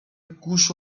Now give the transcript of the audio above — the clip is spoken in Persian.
گوش